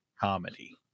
comedy